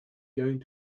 going